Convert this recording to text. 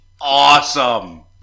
awesome